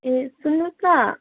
ए सुन्नुहोस् न